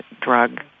drug